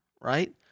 right